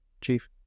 chief